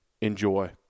Enjoy